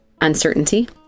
uncertainty